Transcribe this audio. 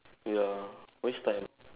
ya waste time